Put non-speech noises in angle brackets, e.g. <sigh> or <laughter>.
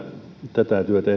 tätä työtä <unintelligible>